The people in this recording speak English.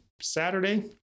Saturday